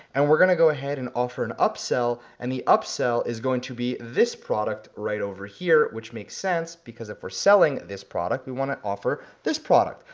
and we're gonna go ahead and offer an upsell, and the upsell is going to be this product right over here which makes sense because if we're selling this product, we wanna offer this product.